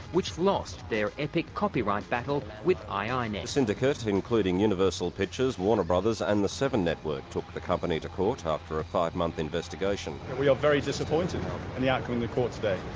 which lost their epic copyright battle with ah iinet. syndicate including universal pictures, warner brothers and the seven network took the company to court after a five-month investigation. we are very disappointed in the outcome in the court today.